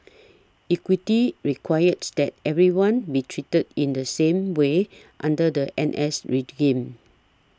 equity requires that everyone be treated in the same way under the N S regime